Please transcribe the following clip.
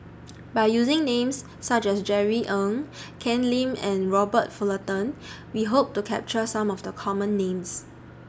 By using Names such as Jerry Ng Ken Lim and Robert Fullerton We Hope to capture Some of The Common Names